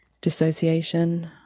dissociation